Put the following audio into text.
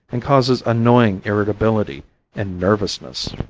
and causes annoying irritability and nervousness.